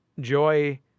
joy